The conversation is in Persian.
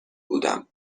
بودم